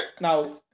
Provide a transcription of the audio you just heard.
now